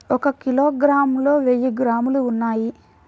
ఒక కిలోగ్రామ్ లో వెయ్యి గ్రాములు ఉన్నాయి